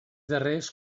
darrers